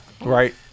Right